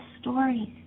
stories